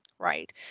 Right